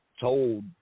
told